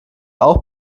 auch